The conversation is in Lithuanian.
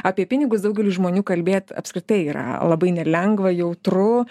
apie pinigus daugeliui žmonių kalbėt apskritai yra labai nelengva jautru